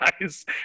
guys